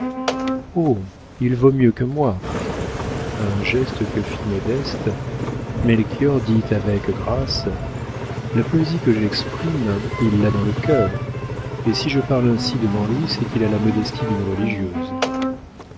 il vaut mieux que moi a un geste que fit modeste melchior dit avec grâce la poésie que j'exprime il l'a dans le cœur et si je parle ainsi devant lui c'est qu'il a la modestie d'une religieuse